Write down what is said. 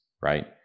right